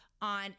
on